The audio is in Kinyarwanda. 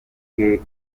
bwe